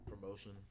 promotion